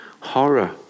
horror